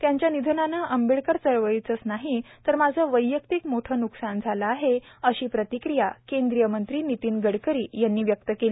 त्यांच्या निधनाने आंबेडकर चळवळीचेच नाही तर माझे वैयक्तिक मोठे न्कसान झाले आहे अशी प्रतिक्रिया केंद्रीय मंत्री नितीन गडकरी यांनी व्यक्त केली